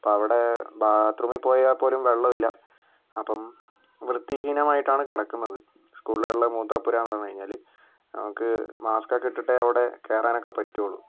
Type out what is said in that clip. അപ്പോൾ അവിടെ ബാത്ത് റൂമിൽ പോയാൽ പോലും വെള്ളമില്ല അപ്പം വൃത്തിഹീനമായിട്ടാണ് കിടക്കുന്നത് സ്ക്കൂളുകളിലെ മൂത്രപ്പുര എന്ന് പറഞ്ഞു കഴിഞ്ഞാൽ നമുക്ക് മാസ്ക് ഒക്കെ ഇട്ടിട്ടേ അവിടെ കയറാനൊക്കെ പറ്റുകയുള്ളൂ